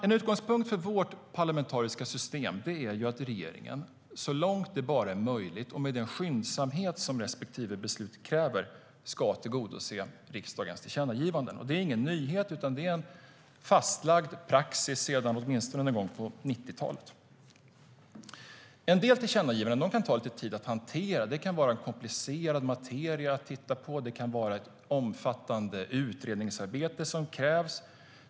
En utgångspunkt för vårt parlamentariska system är att regeringen så långt det bara är möjligt och med den skyndsamhet som respektive beslut kräver ska tillgodose riksdagens tillkännagivanden. Det är ingen nyhet, utan det är en fastlagd praxis sedan åtminstone någon gång på 90-talet. En del tillkännagivanden kan ta tid att hantera. Det kan vara komplicerad materia att titta på; det kan vara ett omfattande utredningsarbete som krävs.